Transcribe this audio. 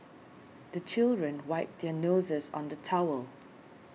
the children wipe their noses on the towel